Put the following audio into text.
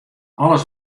alles